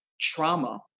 trauma